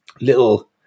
Little